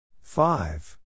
Five